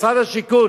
משרד השיכון